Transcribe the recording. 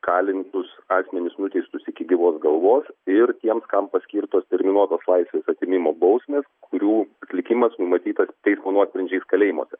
kalintus asmenis nuteistus iki gyvos galvos ir tiems kam paskirtos terminuotos laisvės atėmimo bausmės kurių atlikimas numatytas teismo nuosprendžiais kalėjimuose